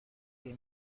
que